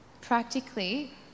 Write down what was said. Practically